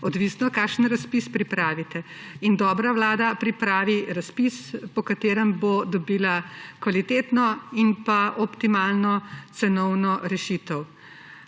odvisno, kakšen razpis pripravite. Dobra vlada pripravi razpis, po katerem bo dobila kvalitetno in cenovno optimalno rešitev.